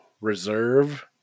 reserve